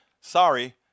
sorry